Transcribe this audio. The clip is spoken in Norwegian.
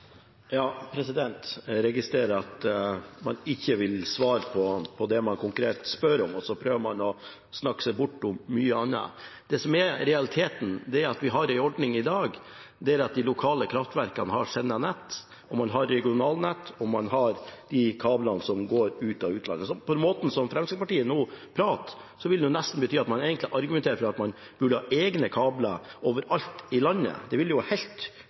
Jeg registrerer at man ikke vil svare på det man konkret spør om, og man prøver å snakke seg bort med mye annet. Det som er realiteten, er at vi har en ordning i dag der de lokale kraftverkene har sine nett, man har regionalnett, og man har kabler som går til utlandet. På den måten Fremskrittspartiet nå prater, betyr det nesten at man argumenterer for at man burde ha egne kabler over alt i landet. Det ville være helt